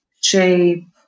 shape